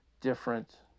different